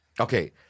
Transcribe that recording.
Okay